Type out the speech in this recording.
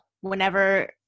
whenever